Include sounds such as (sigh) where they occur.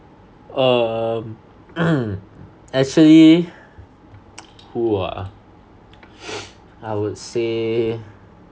um (coughs) actually (noise) who ah (noise) I would say